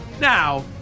Now